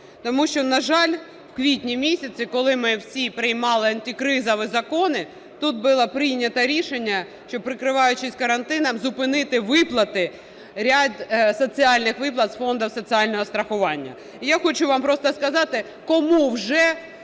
Тому що, на жаль, в квітні місяці, коли ми всі приймали антикризові закони, тут було прийнято рішення, що, прикриваючись карантином, зупинити виплати, ряд соціальних виплат з Фонду соціального страхування. І я хочу вам просто сказати, кому вже